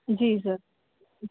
जी sir